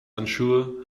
unsure